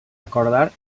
acordar